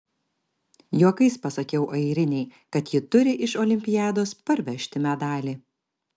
juokais pasakiau airinei kad ji turi iš olimpiados parvežti medalį